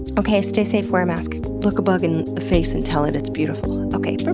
okay. stay safe, wear a mask, look a bug in the face and tell it it's beautiful. okay.